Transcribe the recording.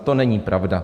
To není pravda.